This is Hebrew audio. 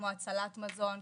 כמו הצלת מזון,